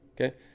Okay